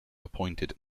appointed